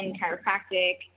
chiropractic